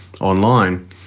online